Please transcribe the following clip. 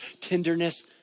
tenderness